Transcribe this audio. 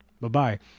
Bye-bye